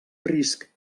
risc